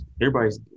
everybody's